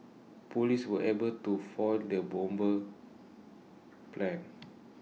Police were able to foil the bomber's plans